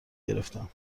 گرفتم